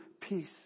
peace